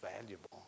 valuable